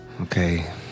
Okay